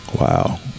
Wow